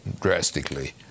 drastically